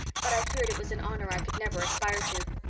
but i feared it was an honor i could never aspire to.